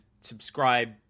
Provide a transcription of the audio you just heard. subscribe